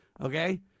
Okay